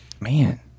man